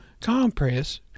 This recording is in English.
compress